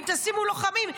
אם תשימו לוחמים,